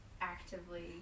actively